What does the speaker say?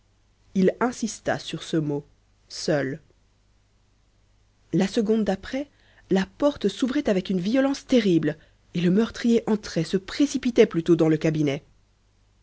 il insista sur ce mot seul la seconde d'après la porte s'ouvrait avec une violence terrible et le meurtrier entrait se précipitait plutôt dans le cabinet